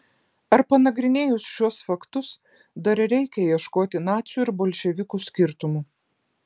ar panagrinėjus šiuos faktus dar reikia ieškoti nacių ir bolševikų skirtumų